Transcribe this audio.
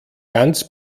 ganz